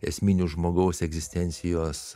esminių žmogaus egzistencijos